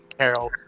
Carol